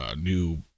new